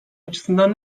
açısından